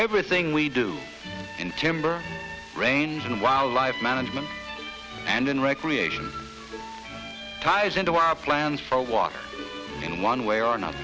everything we do in timber range in wildlife management and in recreation ties into our plans for walk in one way or another